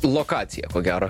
lokaciją ko gero